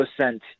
sent